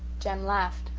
jem laughed.